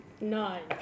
Nine